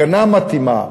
הגנה מתאימה,